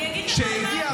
אני אגיד לך --- לא.